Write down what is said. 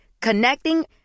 Connecting